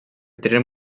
tenien